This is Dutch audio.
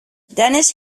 dennis